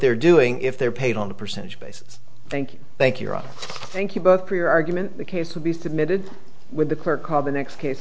they're doing if they're paid on a percentage basis thank you thank you thank you both for your argument the case will be submitted with the clerk called the next case